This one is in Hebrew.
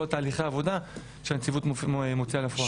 תהליכי העבודה שהנציבות מוציאה לפועל.